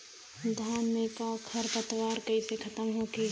धान में क खर पतवार कईसे खत्म होई?